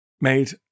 made